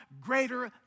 greater